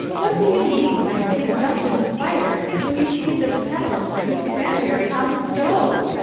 what do you mean by putting dust in the fire when you see this kettle of stewed cranberries on the stove?